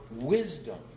wisdom